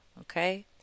okay